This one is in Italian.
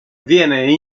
viene